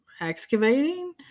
excavating